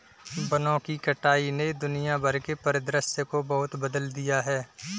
वनों की कटाई ने दुनिया भर के परिदृश्य को बहुत बदल दिया है